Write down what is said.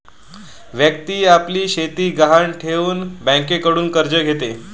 व्यक्ती आपली शेती गहाण ठेवून बँकेकडून कर्ज घेते